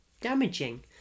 damaging